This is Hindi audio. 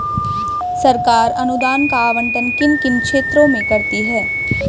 सरकार अनुदान का आवंटन किन किन क्षेत्रों में करती है?